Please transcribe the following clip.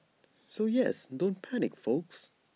so yes don't panic folks